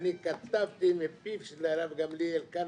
ואני כתבתי מפיו של הרב גמליאל כאן